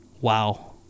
wow